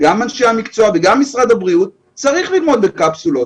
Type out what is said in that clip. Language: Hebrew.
גם אנשי המקצוע וגם משרד הבריאות שצריך ללמוד בקפסולות,